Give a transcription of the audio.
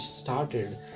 started